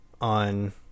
on